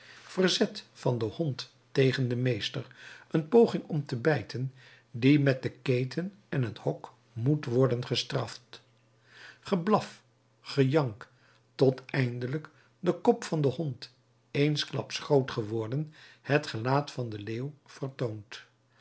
verzet van den hond tegen den meester een poging om te bijten die met de keten en het hok moet worden gestraft geblaf gejank tot eindelijk de kop van den hond eensklaps groot geworden het gelaat van den leeuw vertoont